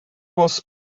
was